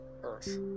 earth